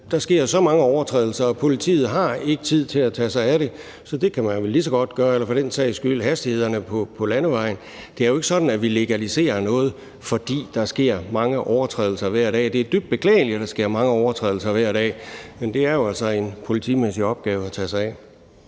der sker jo så mange overtrædelser, og politiet har ikke tid til at tage sig af det, så det kan man vel lige så godt gøre – eller for den sags skyld gøre det i forhold til hastighederne på landevejene. Det er jo ikke sådan, at vi legaliserer noget, fordi der sker mange overtrædelser hver dag. Det er dybt beklageligt, at der sker mange overtrædelser hver dag, men det er det jo altså en politimæssig opgave at tage sig af.